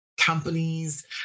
companies